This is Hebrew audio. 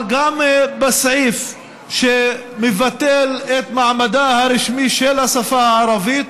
אבל גם בסעיף שמבטל את מעמדה הרשמי של השפה הערבית,